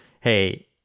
hey